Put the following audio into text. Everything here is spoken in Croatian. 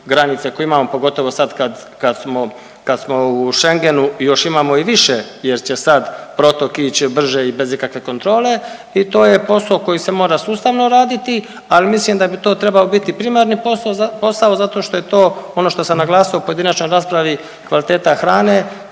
granice koje imamo, pogotovo sad kad smo, kad smo u Schengenu i još imamo i više jer će sad protok ići brže i bez ikakve kontrole i to je posao koji se mora sustavno raditi, ali mislim da bi to trebao biti primarni posao, zato što je to ono što sam naglasio u pojedinačnoj raspravi, kvaliteta hranu